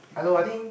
I know I think